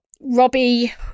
Robbie